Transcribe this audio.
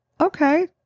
Okay